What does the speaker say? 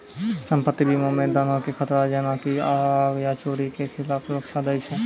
सम्पति बीमा मे धनो के खतरा जेना की आग या चोरी के खिलाफ सुरक्षा दै छै